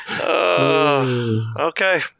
Okay